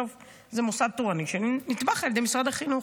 בסוף זה מוסד תורני שנתמך על ידי משרד החינוך.